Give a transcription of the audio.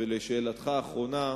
ולשאלתך האחרונה,